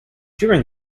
during